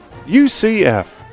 UCF